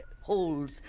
holes